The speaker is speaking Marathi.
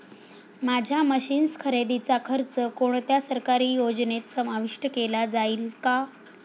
माझ्या मशीन्स खरेदीचा खर्च कोणत्या सरकारी योजनेत समाविष्ट केला जाईल का?